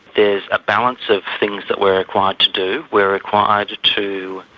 there's a balance of things that we're required to do. we're required to